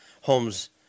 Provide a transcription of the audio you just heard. homes